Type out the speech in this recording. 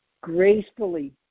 gracefully